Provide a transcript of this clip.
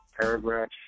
Paragraph